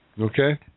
Okay